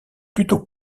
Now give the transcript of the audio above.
plutôt